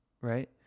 right